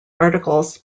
articles